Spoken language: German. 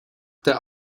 der